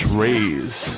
raise